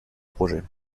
projet